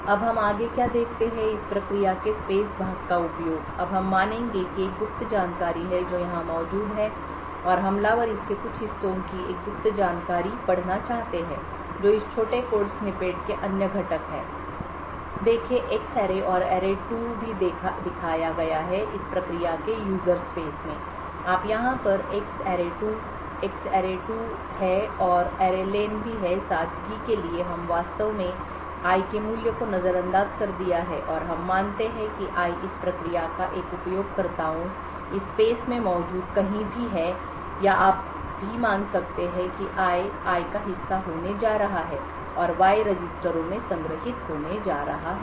अब हम आगे क्या देखते हैं इस प्रक्रिया के स्पेस भाग का उपयोग अब हम मानेंगे कि एक गुप्त जानकारी है जो यहां मौजूद है और हमलावर इसके कुछ हिस्सों कि एक गुप्त जानकारी डेटा पढ़ना चाहते हैं जो इस छोटे कोड स्निपेट के अन्य घटक हैं देखें एक्स सरणी और array2 भी दिखाया गया है इस प्रक्रिया के उपयोगकर्तायूजर स्पेस में आप यहाँ पर X array2 एक्स array2 सरणी है और array len भी है सादगी के लिए हम वास्तव में I के मूल्य को नजरअंदाज कर दिया है और हम मानते हैं कि I इस प्रक्रिया का एक उपयोगकर्ताओं इस स्पेस में मौजूद कहीं भी है या आप भी मान सकते हैं कि I I कि हिस्सा होने जा रहा है और Y रजिस्टरों में संग्रहीत होने जा रहा है